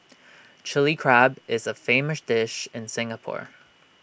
Chilli Crab is A famous dish in Singapore